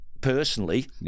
personally